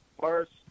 first